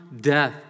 death